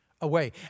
away